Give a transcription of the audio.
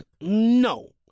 No